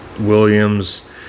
Williams